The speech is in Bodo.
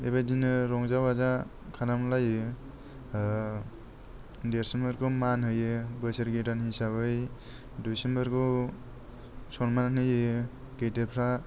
बेबादिनो रंजा बाजा खालामलायो देरसिनफोरखौ मान होयो बोसोर गोदान हिसाबै दुइसिनफोरखौ सनमान होयो गेदेरफ्रा